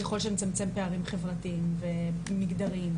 ככל שנצמצם פערים חברתיים ומגדריים.